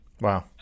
Wow